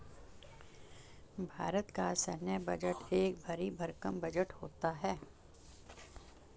भारत का सैन्य बजट एक भरी भरकम बजट होता है